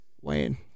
Wayne